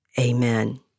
Amen